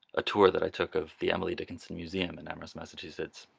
a tour that i took of the emily dickinson museum in amherst massachusetts.